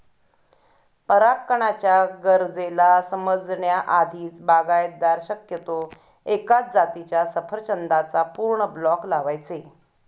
परागकणाच्या गरजेला समजण्या आधीच, बागायतदार शक्यतो एकाच जातीच्या सफरचंदाचा पूर्ण ब्लॉक लावायचे